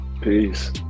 Peace